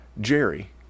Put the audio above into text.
jerry